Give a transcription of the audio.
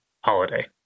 holiday